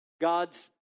God's